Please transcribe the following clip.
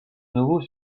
nouveau